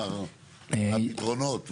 מה הפתרונות וכו'.